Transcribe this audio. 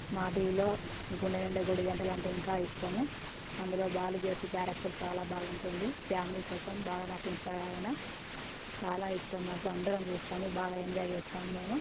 మాటీవీలో గుండే నిండా గుడి గంటలు అంటే ఇంకా ఇష్టం అందులో బాలు చేసే క్యారెక్టర్ చాలా బాగుంటుంది ఫ్యామిలీ కోసం బాగా నటిస్తారు ఆయన చాలా ఇష్టం మాకు అందరం చూస్తాము బాగా ఎంజాయ్ చేస్తాము మేము